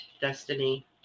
Destiny